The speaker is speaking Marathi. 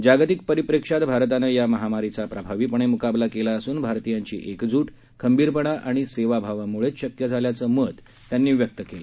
जागतिक परिप्रेक्ष्यात भारतानं या महामारीचा प्रभावीपणे मुकाबला केला असून भारतीयांची एकजूट खंबीरपणा आणि सेवाभावामुळेच शक्य झालं असल्याचं मत प्रधानमंत्र्यांनी व्यक्त केलं